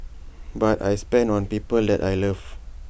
but I spend on people that I love